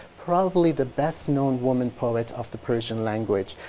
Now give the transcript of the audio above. probably the best-known woman poet of the persian language.